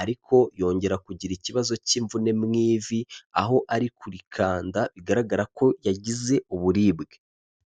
ariko yongera kugira ikibazo cy'imvune mu ivi, aho ari kuri kanda bigaragara ko yagize uburibwe.